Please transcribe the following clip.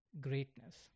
greatness